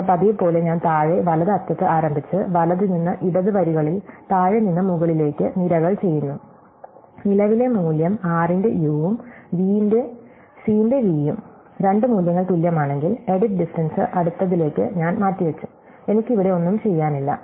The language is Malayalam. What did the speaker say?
പിന്നെ പതിവുപോലെ ഞാൻ താഴെ വലത് അറ്റത്ത് ആരംഭിച്ച് വലത് നിന്ന് ഇടത് വരികളിൽ താഴെ നിന്ന് മുകളിലേക്ക് നിരകൾ ചെയ്യുന്നു നിലവിലെ മൂല്യം r ന്റെ u ഉം v ന്റെ c ന്റെ v യും രണ്ട് മൂല്യങ്ങൾ തുല്യമാണെങ്കിൽ എഡിറ്റ് ഡിസ്റ്റ്ടെൻസ് അടുത്തതിലേക്ക് ഞാൻ മാറ്റിവച്ചു എനിക്ക് ഇവിടെ ഒന്നും ചെയ്യാനില്ല